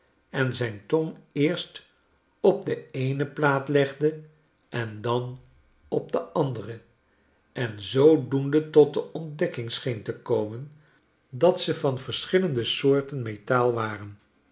en zijn tong eerst op de eene plaat legde en dan op de andere en zoodoende tot de ontdekking scheen te komen dat ze van verschillende soorten metaal waren